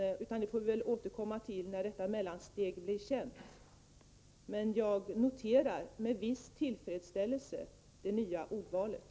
Det får vi återkomma till när innebörden av detta mellansteg blir känt. Men jag noterar med viss tillfredsställelse det nya ordvalet.